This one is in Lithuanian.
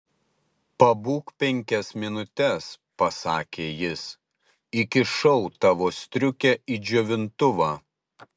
pabūk penkias minutes pasakė jis įkišau tavo striukę į džiovintuvą